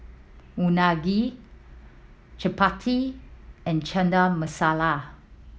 Unagi Chapati and Chana Masala